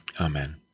Amen